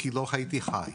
כי לא הייתי חי.